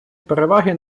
переваги